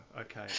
Okay